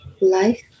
life